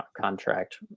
Contract